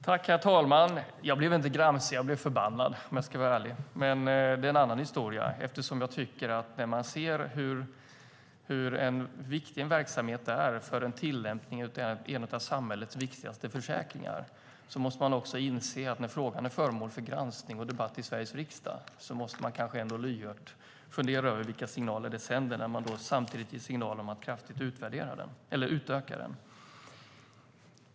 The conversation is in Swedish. Herr talman! Jag blev inte gramse, utan jag blev förbannad, om jag ska vara ärlig. Men det är en annan historia. När man ser hur viktig en verksamhet är för tillämpningen av en av samhällets viktigaste försäkringar och när frågan är föremål för granskning och debatt i Sveriges riksdag måste man kanske lyhört fundera över vilka signaler det sänder när man samtidigt ger signaler om att kraftigt utöka den.